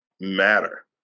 matter